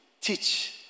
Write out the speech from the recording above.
teach